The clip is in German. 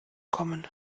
kommen